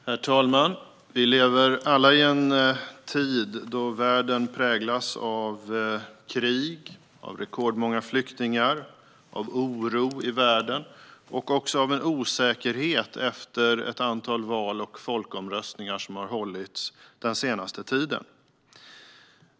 Herr talman! Vi lever alla i en tid då världen präglas av krig, av rekordmånga flyktingar, av oro och även av osäkerhet efter ett antal val och folkomröstningar som har hållits den senaste tiden.